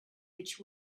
which